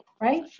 Right